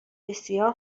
بسیار